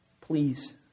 please